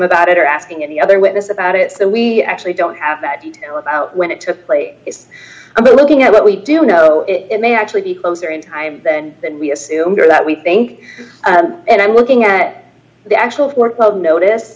about it or asking any other witness about it so we actually don't have that detail about when it took place but looking at what we do know it may actually be closer in time then than we assume here that we think and i'm looking at the actual foreclosure notice